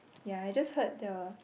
ya I just heard the